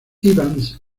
evans